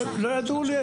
לא ידוע לי.